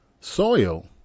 soil